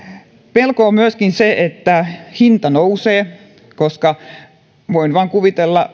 pelkona on myöskin se että hinta nousee voin vain kuvitella